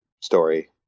story